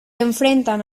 enfrentan